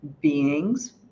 beings